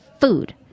food